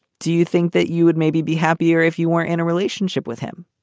do you think that you would maybe be happier if you weren't in a relationship with him?